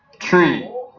three